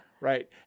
Right